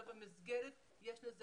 לא במסגרת,